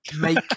make